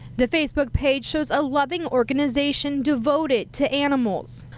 the facebook page shows a loving organization devoted to animals.